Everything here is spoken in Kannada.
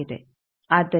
ಆದ್ದರಿಂದ ಡಿಯು 0